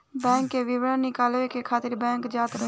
bank के विवरण निकालवावे खातिर बैंक जात रही